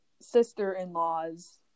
sister-in-laws